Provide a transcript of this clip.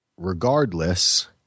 Regardless